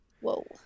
Whoa